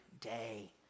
day